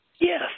Yes